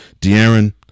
DeAaron